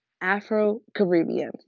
Afro-Caribbean